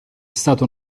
stato